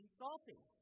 salty